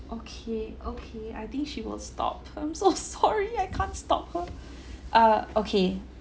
okay okay I think she will stop I'm so sorry I can't stop her uh okay